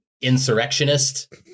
insurrectionist